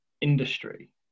industry